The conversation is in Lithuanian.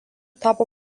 tapo